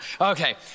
Okay